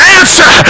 answer